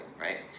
right